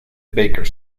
baker